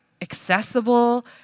accessible